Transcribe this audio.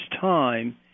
time